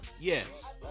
yes